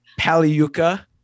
paliuka